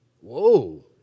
Whoa